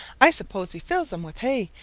i suppose he fills them with hay,